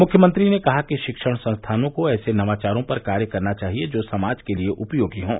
मुख्यमंत्री ने कहा कि रिक्षण संस्थानों को ऐसे नवाचारों पर कार्य करना चाहिए जो समाज के लिये उपयोगी हों